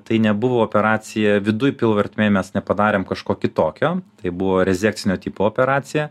tai nebuvo operacija viduj pilvo ertmėje mes nepadarėm kažko kitokio tai buvo rezekcinio tipo operacija